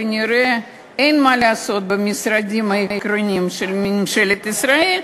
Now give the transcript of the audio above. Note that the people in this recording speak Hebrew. כנראה אין מה לעשות במשרדים העקרוניים של ממשלת ישראל,